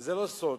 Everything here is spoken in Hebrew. זה לא סוד,